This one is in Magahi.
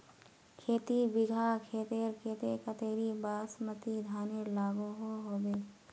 खेती बिगहा खेतेर केते कतेरी बासमती धानेर लागोहो होबे?